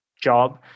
job